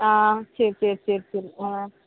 ஆ சரி சரி சரி சரி ஆ